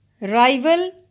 rival